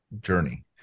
journey